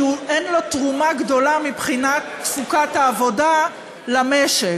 כי אין לו תרומה גדולה מבחינת תפוקת העבודה למשק.